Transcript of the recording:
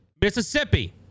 Mississippi